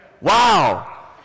Wow